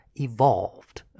evolved